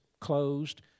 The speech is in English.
closed